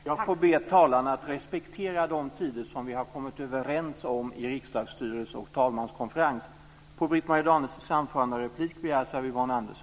Jag får be talarna att respektera de talartider som vi har kommit överens om i riksdagsstyrelse och talmanskonferens.